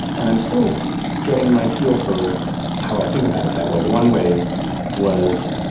and i'm still getting my feel for how i think about it that way. one way was,